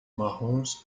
marrons